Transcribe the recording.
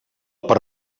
per